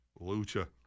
Lucha